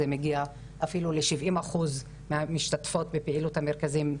זה מגיע אפילו ל-70 אחוז מהמשתתפות בפעילות המרכזים.